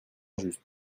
injuste